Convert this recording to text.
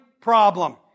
problem